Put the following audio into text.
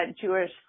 Jewish